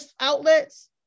outlets